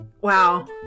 Wow